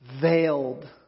veiled